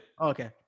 Okay